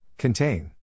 Contain